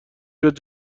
بیاد